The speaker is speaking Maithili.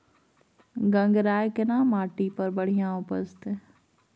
गंगराय केना माटी पर बढ़िया उपजते?